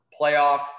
playoff